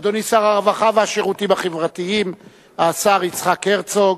אדוני שר הרווחה והשירותים החברתיים השר יצחק הרצוג,